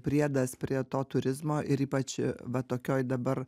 priedas prie to turizmo ir ypač va tokioj dabar